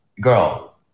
Girl